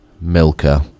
Milka